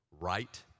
right